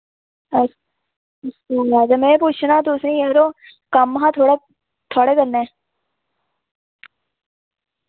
अ ते मैं पुच्छना तुसें यरो कम्म हा थोह्ड़ा थोआड़े कन्नै